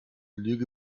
lüge